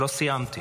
לא סיימתי.